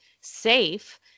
safe